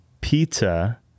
pizza